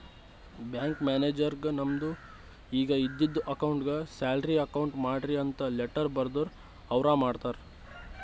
bank ಮ್ಯಾನೇಜರ್ಗ್ ನಮ್ದು ಈಗ ಇದ್ದಿದು ಅಕೌಂಟ್ಗ್ ಸ್ಯಾಲರಿ ಅಕೌಂಟ್ ಮಾಡ್ರಿ ಅಂತ್ ಲೆಟ್ಟರ್ ಬರ್ದುರ್ ಅವ್ರ ಮಾಡ್ತಾರ್